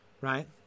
right